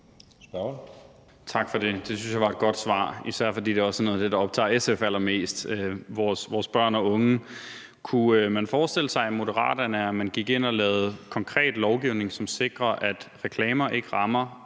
Tak for det. Det synes jeg var et godt svar, især fordi det også er noget af det, der optager SF allermest, altså vores børn og unge. Kunne man forestille sig i Moderaterne, at man gik ind og lavede konkret lovgivning, som sikrer, at reklamer for